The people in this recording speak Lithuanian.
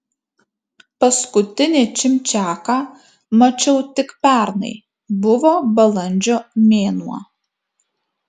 paskutinį čimčiaką mačiau tik pernai buvo balandžio mėnuo